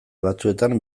batzuetan